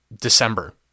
December